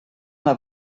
una